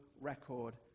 record